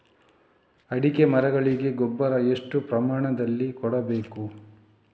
ಅಡಿಕೆ ಮರಗಳಿಗೆ ಗೊಬ್ಬರ ಎಷ್ಟು ಪ್ರಮಾಣದಲ್ಲಿ ಕೊಡಬೇಕು?